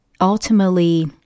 ultimately